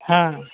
ହଁ